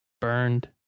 Burned